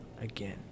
again